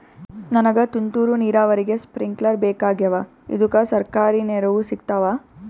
ನನಗ ತುಂತೂರು ನೀರಾವರಿಗೆ ಸ್ಪಿಂಕ್ಲರ ಬೇಕಾಗ್ಯಾವ ಇದುಕ ಸರ್ಕಾರಿ ನೆರವು ಸಿಗತ್ತಾವ?